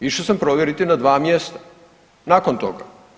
Išao sam provjeriti na dva mjesta nakon toga.